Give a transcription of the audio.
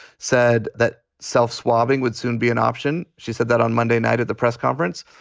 said that self swabbing would soon be an option. she said that on monday night at the press conference.